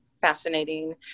fascinating